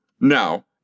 Now